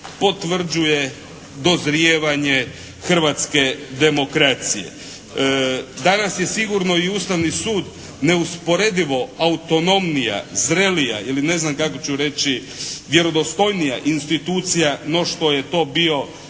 potvrđuje dozrijevanje hrvatske demokracije. Danas je sigurno i Ustavni sud neusporedivo autonomnija, zrelija ili ne znam kako ću reći, vjerodostojnija institucija no što je to bio